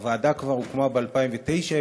הוועדה הוקמה כבר ב-2009,